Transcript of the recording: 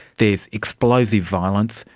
there's explosive violence,